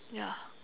ya